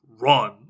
run